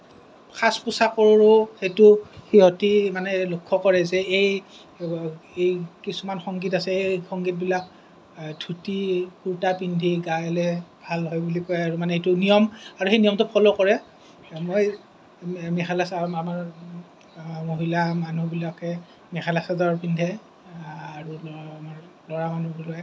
সাজ পোছাকৰো সেইটো সিহঁতে মানে লক্ষ্য কৰে যে এই কিছুমান সংগীত আছে এই সংগীতবিলাক ধূতি কুৰ্টা পিন্ধি গালে ভাল হয় বুলি কয় আৰু মানে এইটো নিয়ম আৰু সেই নিয়মটো ফল' কৰে মই আমাৰ মহিলা মানুহবিলাকে মেখেলা চাদৰ পিন্ধে আৰু ল'ৰা মানুহ ল'ৰা মানুহবিলাকে